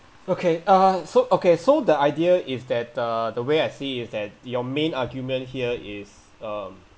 okay uh so okay so the idea is that uh the way I see is that your main argument here is um